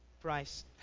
price